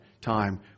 time